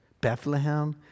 Bethlehem